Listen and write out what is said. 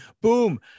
Boom